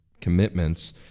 commitments